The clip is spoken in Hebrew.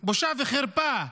בושה וחרפה.